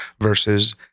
versus